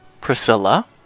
Priscilla